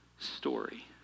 story